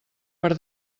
per